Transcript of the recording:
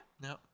no